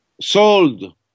sold